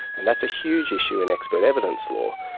and that's a huge issue in expert evidence law.